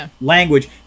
language